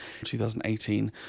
2018